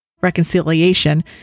reconciliation